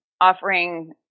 offering